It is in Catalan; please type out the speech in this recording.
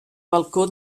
balcó